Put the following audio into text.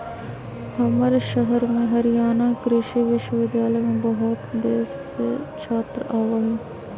हमर शहर में हरियाणा कृषि विश्वविद्यालय में बहुत देश से छात्र आवा हई